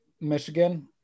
Michigan